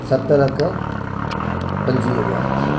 सत लख पंजवीह हज़ार